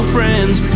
Friends